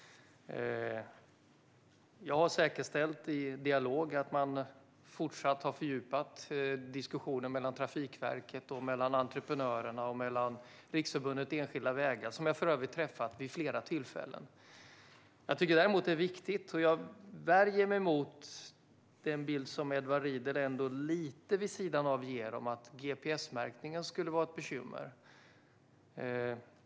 Jag har säkerställt i dialog att man fortsatt har fördjupat diskussionen mellan Trafikverket och entreprenörerna och Riksförbundet Enskilda Vägar, som jag för övrigt träffat vid flera tillfällen. Jag värjer mig mot bilden, som Edward Riedl ändå ger lite vid sidan om, av att gps-märkningen skulle vara ett bekymmer.